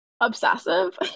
obsessive